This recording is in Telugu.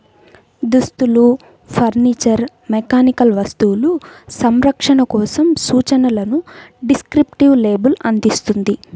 దుస్తులు, ఫర్నీచర్, మెకానికల్ వస్తువులు, సంరక్షణ కోసం సూచనలను డిస్క్రిప్టివ్ లేబుల్ అందిస్తుంది